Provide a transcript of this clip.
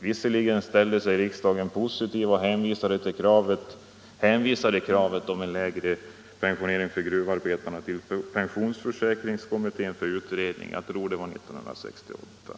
Visserligen ställde sig riksdagen positiv och hänvisade kravet om en lägre pensionering för gruvarbetarna till pensionsförsäkringskommittén för utredning — jag tror att det var 1968.